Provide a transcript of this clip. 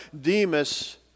Demas